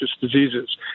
Diseases